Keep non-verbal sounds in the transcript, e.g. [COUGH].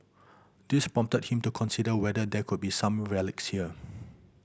this prompted him to consider whether there could be some relics there [NOISE]